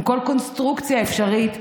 עם כל קונסטרוקציה אפשרית,